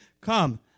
come